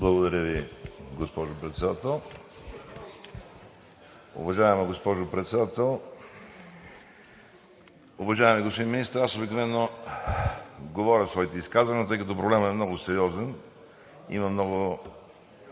Благодаря Ви, госпожо Председател. Уважаема госпожо Председател, уважаеми господин Министър! Аз обикновено говоря своите изказвания, но тъй като проблемът е много сериозен, има много